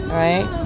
right